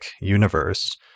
Universe